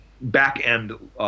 back-end